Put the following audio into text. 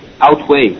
outweigh